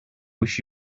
wish